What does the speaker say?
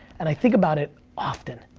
and i think about it often,